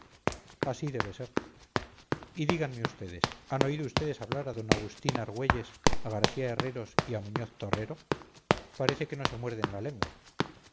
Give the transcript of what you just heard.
así debe ser y díganme ustedes han oído ustedes hablar a d agustín argüelles a garcía herreros y a muñoz torrero parece que no se muerden la lengua